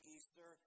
Easter